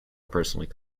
personally